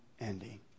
ending